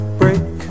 break